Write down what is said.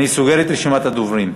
אני סוגר את רשימת הדוברים.